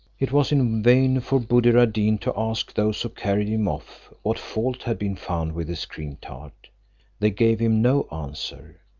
it was in vain for buddir ad deen to ask those who carried him off, what fault had been found with his cream-tart they gave him no answer.